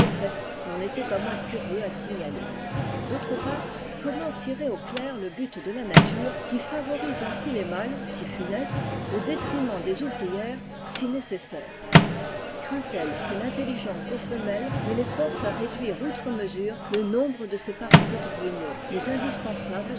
n'en était pas moins curieux à signaler d'autre part comment tirer au clair le but de la nature qui favorise ainsi les mâles si funestes au détriment dos ouvrières si nécessaires craint elle que tintelligence des femelles ne les porte à réduire outre mesure le nombre de ces parasites ruineux mais indispensables